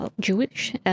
Jewish